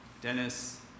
Dennis